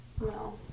No